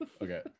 okay